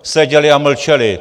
Seděli a mlčeli.